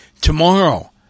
Tomorrow